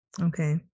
Okay